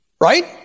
right